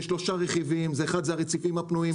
זה שלושה רכיבים: 1. זה הרציפים הפנויים.